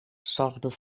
zorgde